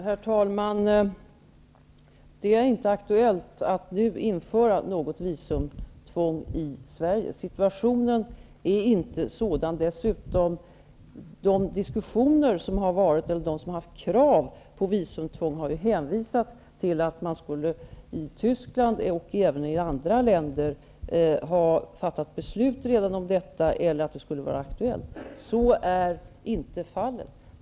Herr talman! Det är inte aktuellt att nu införa något visumtvång i Sverige. Situationen är inte sådan. Dessutom har de som har ställt krav på visumtvång hänvisat till att man i Tyskland och även i andra länder redan skulle ha fattat beslut om detta eller att det skulle vara aktuellt. Så är inte fallet.